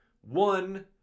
One